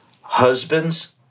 husbands